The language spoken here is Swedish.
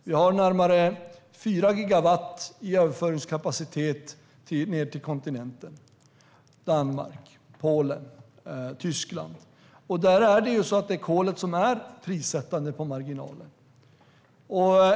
Vi har närmare 4 gigawatt i överföringskapacitet ned till kontinenten, Danmark, Polen, Tyskland. Där är kolet prissättande på marginalen.